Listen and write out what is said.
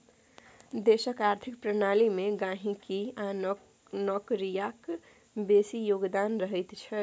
देशक आर्थिक प्रणाली मे गहिंकी आ नौकरियाक बेसी योगदान रहैत छै